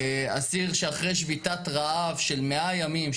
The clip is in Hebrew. אסיר שאחרי שביתת רעב של 100 ימים,